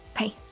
Okay